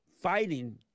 fighting